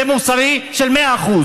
זה מוסרי במאה אחוז.